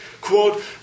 quote